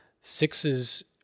sixes